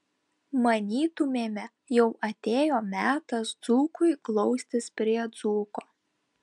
manytumėme jau atėjo metas dzūkui glaustis prie dzūko